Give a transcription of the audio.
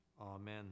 Amen